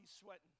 sweating